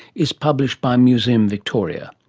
is published by museum victoria,